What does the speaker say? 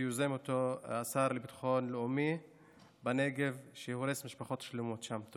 בנגב שיוזם השר לביטחון לאומי והורס משפחות שלמות שם.